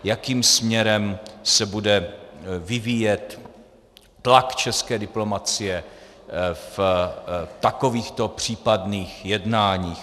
Jakým směrem se bude vyvíjet tlak české diplomacie v takovýchto případných jednáních?